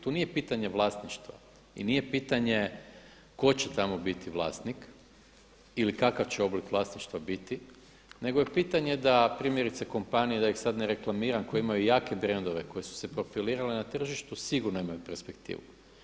Tu nije pitanje vlasništva i nije pitanje tko će tamo biti vlasnik ili kakav će oblik vlasništva biti, nego je pitanje da primjerice kompanije da ih sad ne reklamiram koje imaju jake brendove koje su se profilirale na tržištu sigurno imaju perspektivu.